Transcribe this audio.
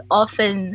often